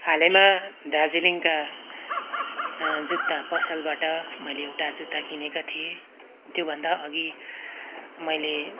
हालैमा दार्जिलिङका जुत्ता पसलबाट मैले एउटा जुत्ता किनेको थिएँ त्योभन्दा अघि मैले